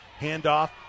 handoff